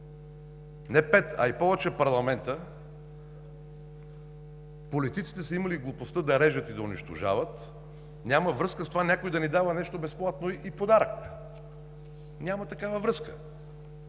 не пет, а и повече парламента политиците са имали глупостта да режат и да унищожават, няма връзка с това някой да ни дава нещо безплатно и подарък. Няма такава връзка.